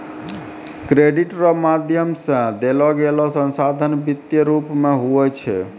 credit रो माध्यम से देलोगेलो संसाधन वित्तीय रूप मे हुवै छै